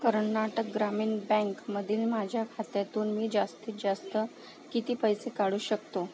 कर्नाटक ग्रामीण बँकमधील माझ्या खात्यातून मी जास्तीत जास्त किती पैसे काढू शकतो